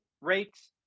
rates